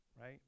right